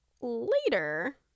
later